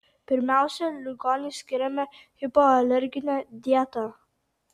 pirmiausia ligoniui skiriame hipoalerginę dietą